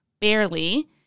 barely